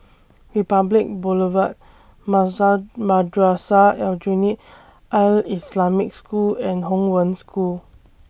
Republic Boulevard Madrasah Aljunied Al Islamic School and Hong Wen School